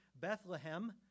Bethlehem